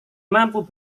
mampu